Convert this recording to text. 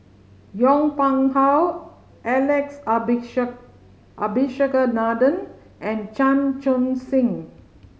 Yong Pung How Alex Abisheganaden and Chan Chun Sing